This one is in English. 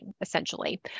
essentially